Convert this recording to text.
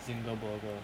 zinger burger